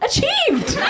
Achieved